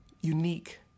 unique